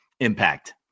impact